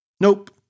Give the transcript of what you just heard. Nope